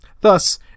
Thus